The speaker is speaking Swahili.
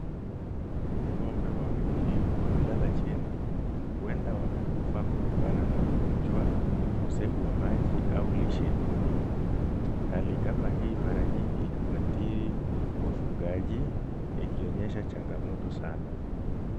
Ngombe wawili wamelala chini, huenda wamekufa kutokana na ugonjwa ukosefu wa maji au lishe duni, hali kama hii mara nyingi huathiri wafugaji ikionyesha changamoto sana.